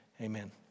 amen